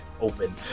open